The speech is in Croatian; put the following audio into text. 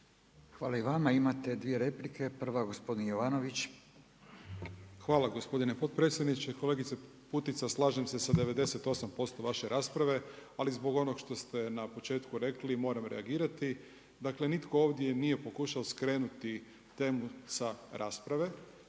Hvala i vama. Imate dvije replike, prva je gospodin Jovanović. **Jovanović, Željko (SDP)** Hvala gospodine potpredsjedniče. Kolegice Putica, slažem se sa 98% vaše rasprave, ali zbog onog što ste na početku rekli moram reagirati. Dakle nitko ovdje nije pokušao skrenuti temu sa rasprave